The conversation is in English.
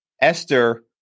Esther